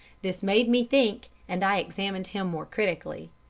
this made me think, and i examined him more critically.